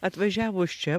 atvažiavus čia